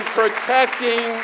protecting